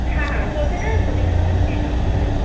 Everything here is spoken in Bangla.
হ্যাঁ হ্যাঁ সলতেটা প্রদীপের সঙ্গে ফ্রি থাকছে